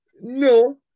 No